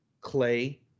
Clay